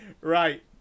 Right